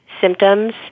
symptoms